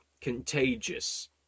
contagious